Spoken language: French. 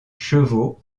chevaux